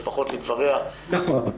שלפחות מדבריה --- נכון.